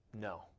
No